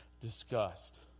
disgust